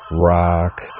rock